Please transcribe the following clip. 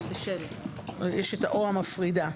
יש ה"או" המפרידה".